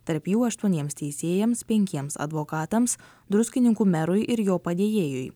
tarp jų aštuoniems teisėjams penkiems advokatams druskininkų merui ir jo padėjėjui